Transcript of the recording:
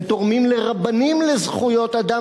הם תורמים ל"רבנים לזכויות אדם",